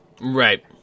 Right